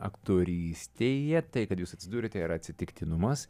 aktorystėje tai kad jūs atsidūrėte yra atsitiktinumas